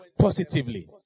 positively